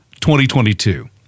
2022